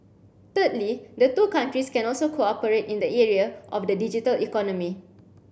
thirdly the two countries can also cooperate in the area of the digital economy